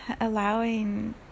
allowing